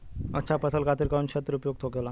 अच्छा फसल खातिर कौन क्षेत्र उपयुक्त होखेला?